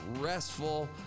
restful